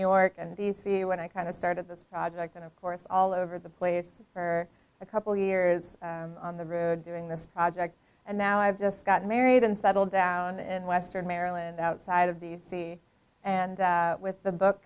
york and d c when i kind of started this project and of course all over the place for a couple years on the road doing this project and now i've just gotten married and settled down and western maryland outside of d c and with the book